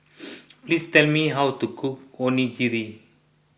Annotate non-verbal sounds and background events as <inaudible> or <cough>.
<noise> please tell me how to cook Onigiri